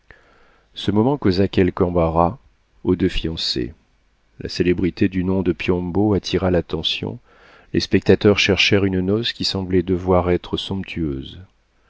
ce moment causa quelque embarras aux deux fiancés la célébrité du nom de piombo attira l'attention les spectateurs cherchèrent une noce qui semblait devoir être somptueuse